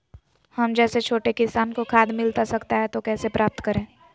हम जैसे छोटे किसान को खाद मिलता सकता है तो कैसे प्राप्त करें?